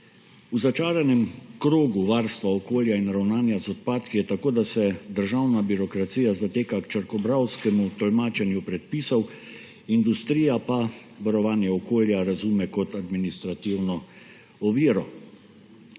V začaranem krogu varstva okolja in ravnanja z odpadki je tako, da se državna birokracija zateka k črkobralskemu tolmačenju predpisov, industrija pa varovanje okolja razume kot administrativno oviro.